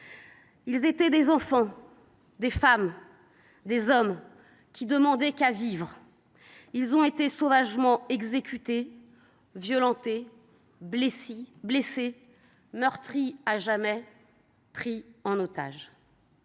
c’étaient des enfants, des femmes, des hommes. Ils ne demandaient qu’à vivre. Ils ont été sauvagement exécutés, violentés, blessés, meurtris à jamais, ou pris en otage.